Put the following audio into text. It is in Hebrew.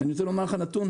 אני רוצה לומר לך נתון,